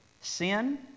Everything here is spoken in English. sin